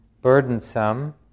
burdensome